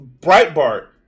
Breitbart